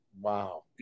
Wow